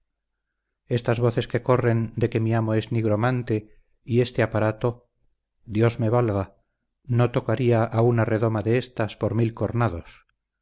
estas voces que corren de que mi amo es nigromante y este aparato dios me valga no tocaría a una redoma de ésas por mil cornados